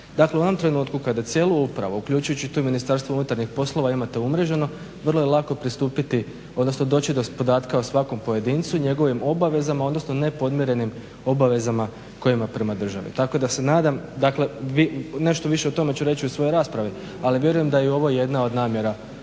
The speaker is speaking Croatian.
Dakle u onom trenutku kada cijelu upravu uključujući tu i MUP imate umreženo vrlo je lako pristupiti odnosno doći do podatka o svakom pojedincu, njegovim obavezama odnosno ne podmirenim obavezama koje ima prema državi. Tako da se nadam dakle nešto ću više reći o tome u svojoj raspravi ali vjerujem da je ovo jedna od namjera ovog